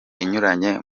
inyuranye